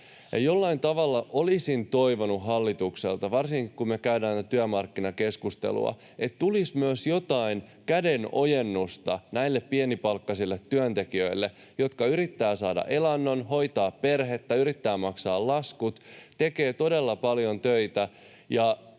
Jollain tavalla olisin toivonut hallitukselta, varsinkin kun me käydään tätä työmarkkinakeskustelua, että tulisi myös jotain kädenojennusta näille pienipalkkaisille työntekijöille, jotka yrittävät saada elannon, hoitavat perhettä, yrittävät maksaa laskut, tekevät todella paljon töitä